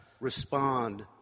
respond